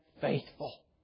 faithful